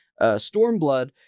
Stormblood